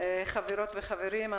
חברות וחברים,